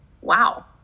wow